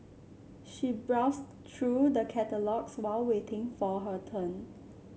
she browsed through the catalogues while waiting for her turn